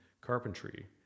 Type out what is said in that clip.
carpentry